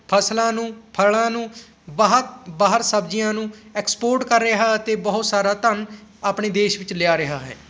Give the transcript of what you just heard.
ਫਸਲਾਂ ਨੂੰ ਫਲਾਂ ਨੂੰ ਬਾਹ ਬਾਹਰ ਸਬਜ਼ੀਆਂ ਨੂੰ ਐਕਸਪੋਰਟ ਕਰ ਰਿਹਾ ਅਤੇ ਬਹੁਤ ਸਾਰਾ ਧੰਨ ਆਪਣੇ ਦੇਸ਼ ਵਿੱਚ ਲਿਆ ਰਿਹਾ ਹੈ